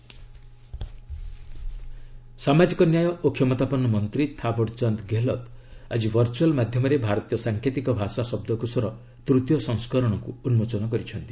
ISL dictionary ସାମାଜିକ ନ୍ୟାୟ ଓ କ୍ଷମତାପନ୍ନ ମନ୍ତ୍ରୀ ଥାବଡ଼ଚାନ୍ଦ ଗେହଲତ୍ ଆଜି ଭର୍ଚ୍ଚଆଲ୍ ମାଧ୍ୟମରେ ଭାରତୀୟ ସାଙ୍କେତିକ ଭାଷା ଶବ୍ଦକୋଷର ତୃତୀୟ ସଂସ୍କରଣକୁ ଉନ୍ଜୋଚନ କରିଛନ୍ତି